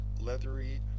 leathery